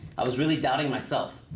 i was really doubting myself.